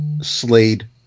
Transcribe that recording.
Slade